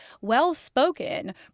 well-spoken